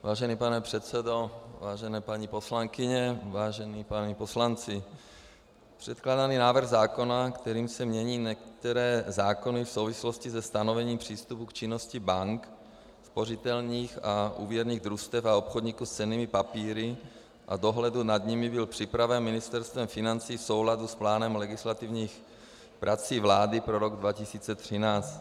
Vážený pane předsedo, vážené paní poslankyně, vážení páni poslanci, předkládaný návrh zákona, kterým se mění některé zákony v souvislosti se stanovením přístupu k činnosti bank, spořitelních a úvěrních družstev a obchodníků s cennými papíry a dohledu nad nimi, byl připraven Ministerstvem financí v souladu s plánem legislativních prací vlády pro rok 2013.